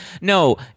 no